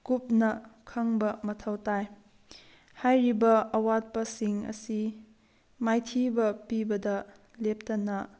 ꯀꯨꯞꯅ ꯈꯪꯕ ꯃꯊꯧ ꯇꯥꯏ ꯍꯥꯏꯔꯤꯕ ꯑꯋꯥꯠꯄꯁꯤꯡ ꯑꯁꯤ ꯃꯥꯏꯊꯤꯕ ꯄꯤꯕꯗ ꯂꯦꯞꯇꯅ